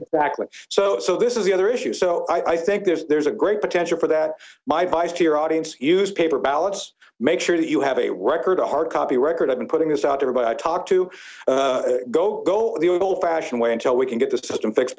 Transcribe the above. exactly so so this is the other issue so i think there's a great potential for that by vice to your audience to use paper ballots make sure that you have a record a hard copy record i've been putting this out there but i talk to go go the old fashioned way until we can get this system fix